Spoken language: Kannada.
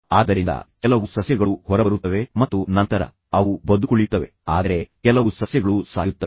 ಆದ್ದರಿಂದ ಕೆಲವು ಸಸ್ಯಗಳು ಹೊರಬರುತ್ತವೆ ಮತ್ತು ನಂತರ ಅವು ಬದುಕುಳಿಯುತ್ತವೆ ಆದರೆ ಕೆಲವು ಸಸ್ಯಗಳು ಸಾಯುತ್ತವೆ